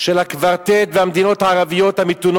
של הקוורטט, וגם של המדינות הערביות המתונות,